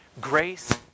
Grace